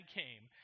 came